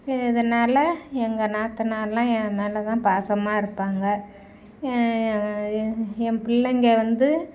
இ இதனால் எங்கள் நாத்தனாரெலாம் என் மேல் தான் பாசமாக இருப்பாங்க ஏ எ என் பிள்ளைங்கள் வந்து